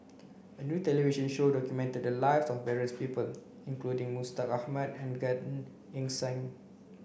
a new television show documented the lives of various people including Mustaq Ahmad and Gan Eng Seng